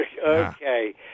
Okay